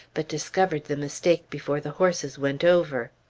but discovered the mistake before the horses went over.